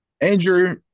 Andrew